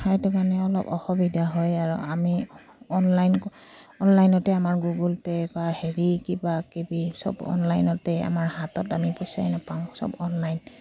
সেইটো কাৰণে অলপ অসুবিধা হয় আৰু আমি অনলাইন অনলাইনতে আমাৰ গুগুল পে' বা হেৰি কিবাকিবি চব অনলাইনতে আমাৰ হাতত আমি পইচাই নাপাওঁ চব অনলাইন